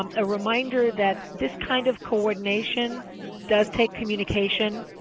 um a reminder that this kind of coordination does take communication.